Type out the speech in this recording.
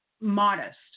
modest